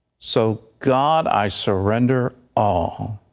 so god i surrender all.